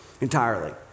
entirely